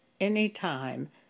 anytime